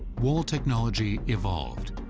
wall technology evolved.